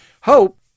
Hope